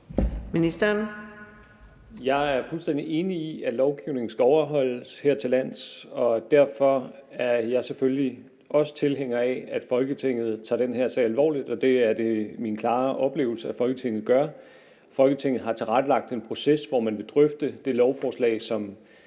Stoklund): Jeg er fuldstændig enig i, at lovgivningen skal overholdes hertillands, og derfor er jeg selvfølgelig også tilhænger af, at Folketinget tager den her sag alvorligt, og det er det min klare oplevelse at Folketinget gør. Folketinget har tilrettelagt en proces, hvor man vil drøfte det lovforslag, som